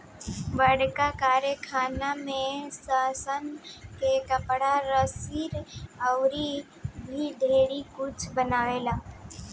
बड़का कारखाना में सनइ से कपड़ा, रसरी अउर भी ढेरे कुछ बनावेला